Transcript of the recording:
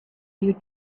your